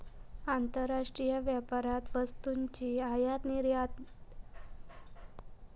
आंतरराष्ट्रीय व्यापारात वस्तूंची आयात आणि निर्यात ह्येच्यावर सीमा शुल्क ठरवलेला असता, असा गणेश सांगा होतो